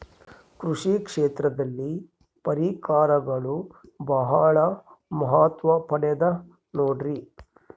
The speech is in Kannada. ಕೃಷಿ ಕ್ಷೇತ್ರದಲ್ಲಿ ಪರಿಕರಗಳು ಬಹಳ ಮಹತ್ವ ಪಡೆದ ನೋಡ್ರಿ?